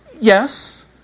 Yes